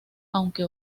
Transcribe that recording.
aunque